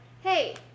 hey